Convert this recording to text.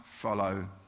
Follow